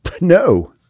No